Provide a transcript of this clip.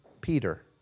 Peter